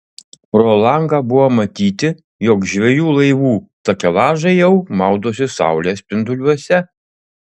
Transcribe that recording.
pro langą buvo matyti jog žvejų laivų takelažai jau maudosi saulės spinduliuose